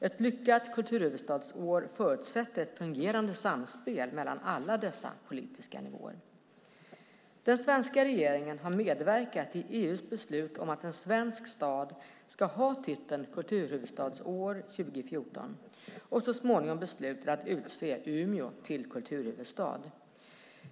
Ett lyckat kulturhuvudstadsår förutsätter ett fungerande samspel mellan alla dessa politiska nivåer. Den svenska regeringen har medverkat i EU:s beslut om att en svensk stad ska ha titeln kulturhuvudstad 2014 och så småningom beslutat att utse Umeå till kulturhuvudstad.